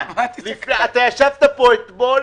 ישבת פה אתמול